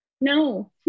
no